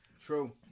True